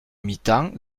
mitan